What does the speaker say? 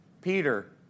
Peter